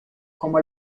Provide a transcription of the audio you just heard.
como